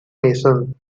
mason